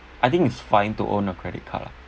I think it's fine to own a credit card lah